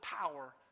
power